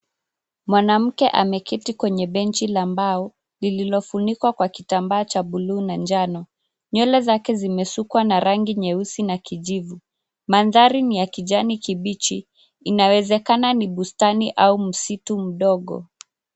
Mwanamke ameketi kwenye benchi la mbao lililofunikwa kwa kitambaa cha bluu na njano nywele zake zimesukwa na rangi nyeusi na kijivu. Mandhari ni ya kijani kibichi inawezekana ni bustani au msitu mdogo.